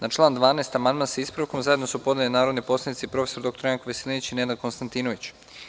Na član 12. amandman, sa ispravkom, zajedno su podneli narodni poslanici prof. dr Janko Veselinović i Nenad Konstantinović.